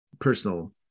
personal